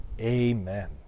Amen